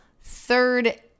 third